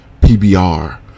PBR